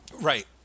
Right